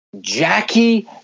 Jackie